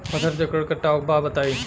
फसल चक्रण कट्ठा बा बताई?